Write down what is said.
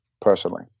personally